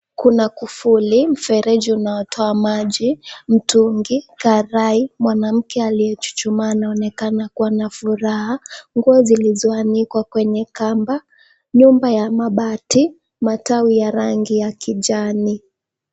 Kuna kufuli, mfereji unaotoa maji, mtungi, karai, mwanamke aliye chuchumaa anaonekana kuwa na furaha. Nguo zilizoanikwa kwenye kamba, nyumba ya mabati, matawi ya rangi ya kijani.